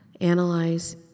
analyze